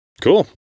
Cool